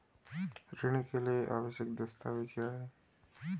ऋण के लिए आवश्यक दस्तावेज क्या हैं?